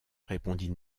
répondit